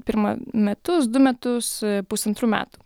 pirma metus du metus pusantrų metų